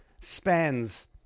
spans